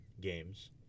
games